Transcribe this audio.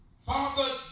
Father